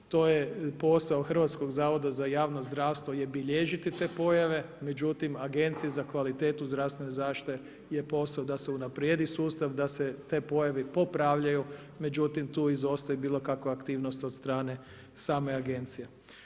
To je posao Hrvatskog zavoda za javno zdravstveno je bilježiti te pojave, međutim Agencije za kvalitetu zdravstvene zaštite je posao da se unaprijedi sustav, da se te pojave popravljaju, međutim tu izostaje bilo kakva aktivnost od strane same agencije.